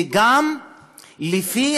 וגם לפי